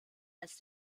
als